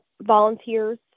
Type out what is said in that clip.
volunteers